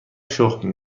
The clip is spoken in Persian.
شخم